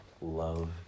love